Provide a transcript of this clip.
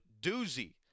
doozy